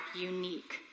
unique